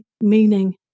meaning